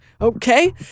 Okay